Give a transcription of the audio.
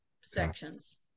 sections